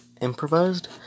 improvised